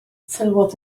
sylwodd